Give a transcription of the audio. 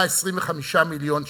125 מיליון שקל.